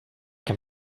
can